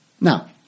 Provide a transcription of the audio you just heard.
Now